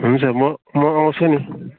हुन्छ म म आउँछु नि